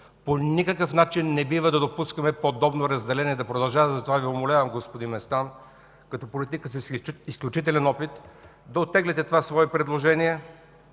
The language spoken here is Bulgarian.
По никакъв начин не бива да допускаме подобно разделение да продължава. Затова Ви умолявам, господин Местан, като политика с изключителен опит, да оттеглите това свое предложение